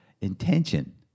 intention